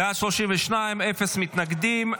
בעד, 32, אפס מתנגדים.